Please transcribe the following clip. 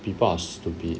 people are stupid